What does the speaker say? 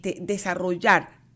desarrollar